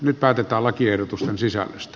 nyt päätetään lakiehdotusten sisällöstä